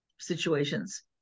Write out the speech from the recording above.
Situations